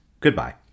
Goodbye